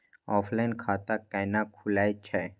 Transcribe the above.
Offline खाता कैना खुलै छै?